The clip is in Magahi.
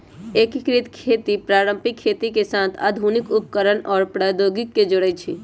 एकीकृत खेती पारंपरिक खेती के साथ आधुनिक उपकरणअउर प्रौधोगोकी के जोरई छई